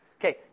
Okay